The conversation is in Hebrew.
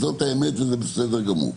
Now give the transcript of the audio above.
זאת האמת וזה בסדר גמור.